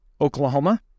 Oklahoma